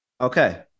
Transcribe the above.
okay